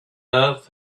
earth